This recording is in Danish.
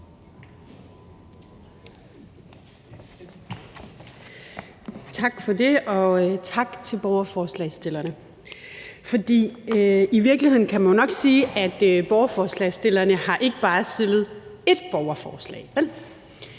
Tak for det. Og tak til borgerforslagsstillerne, for i virkeligheden kan man nok sige, at borgerforslagsstillerne ikke bare har stillet ét borgerforslag